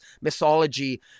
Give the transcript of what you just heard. mythology